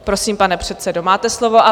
Prosím, pane předsedo, máte slovo.